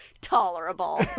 tolerable